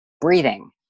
breathing